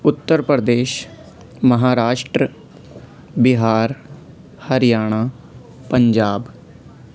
Uttar Pradesh Maharashtra Bihar Haryana Punjab